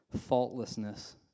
faultlessness